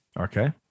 Okay